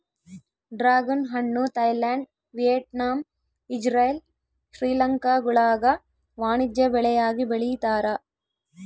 dragon ಹಣ್ಣು Thailand Vietnam Israel ಶ್ರೀಲಂಕಾಗುಳಾಗ ವಾಣಿಜ್ಯ ಬೆಳೆಯಾಗಿ ಬೆಳೀತಾರ